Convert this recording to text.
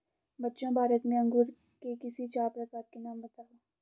बच्चों भारत में अंगूर के किसी चार प्रकार के नाम बताओ?